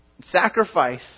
sacrifice